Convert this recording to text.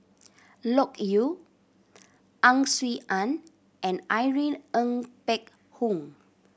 Loke Yew Ang Swee Aun and Irene Ng Phek Hoong